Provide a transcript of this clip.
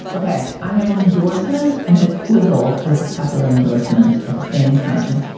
okay. i have an endorsement and a quibble with a popular endorsement. at the same time,